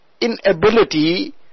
inability